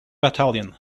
battalion